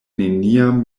neniam